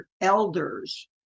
elders